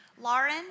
Lauren